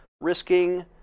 risking